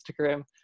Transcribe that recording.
Instagram